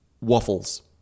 waffles